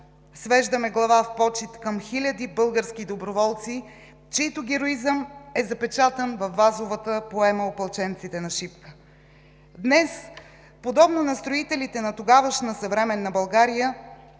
Свеждаме глава в почит към хилядите български доброволци, чийто героизъм е запечатан във Вазовата поема „Опълченците на Шипка“. Днес, подобно на строителите на тогавашна съвременна България,